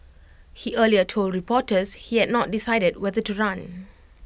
he earlier told reporters he had not decided whether to run